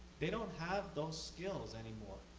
they don't have those skills anymore.